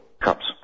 cups